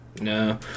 No